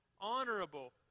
honorable